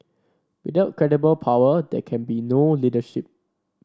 without credible power there can be no leadership